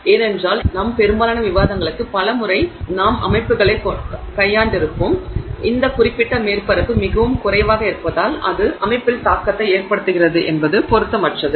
ஏனென்றால் எங்கள் பெரும்பாலான விவாதங்களுக்கு பல முறை நாங்கள் அமைப்புகளைக் கையாண்டிருப்போம் இந்த குறிப்பிட்ட மேற்பரப்பு மிகவும் குறைவாக இருப்பதால் அது அமைப்பில் தாக்கத்தை ஏற்படுத்துகிறது என்பது பொருத்தமற்றது